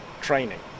training